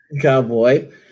Cowboy